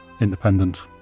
independent